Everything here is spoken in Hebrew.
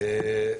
טוב,